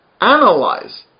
analyze